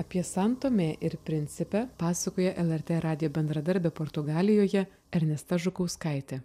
apie san tomė ir principę pasakoja lrt radijo bendradarbė portugalijoje ernesta žukauskaitė